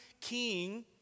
king